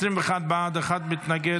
21 בעד, אחד מתנגד.